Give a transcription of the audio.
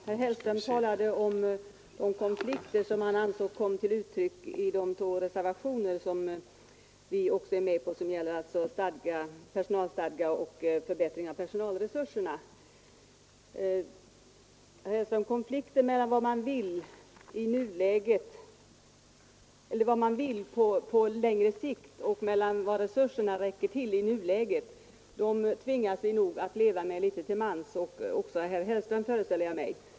Herr talman! Herr Hellström talade om konflikter, som han ansåg kom till uttryck i de två reservationer som vi är med på och som gäller personalstadgar och förbättring av personalresurserna, dvs. konflikter mellan vad man vill på längre sikt och vad resurserna räcker till i nuläget. Sådana konflikter tvingas vi nog att leva med litet till mans; också herr Hellström, föreställer jag mig.